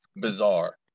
bizarre